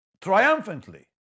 triumphantly